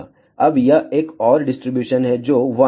अब यह एक और डिस्ट्रीब्यूशन है जो 1 16 19 16 1 है